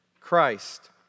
Christ